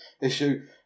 issue